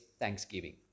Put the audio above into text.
thanksgiving